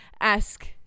ask